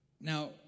Now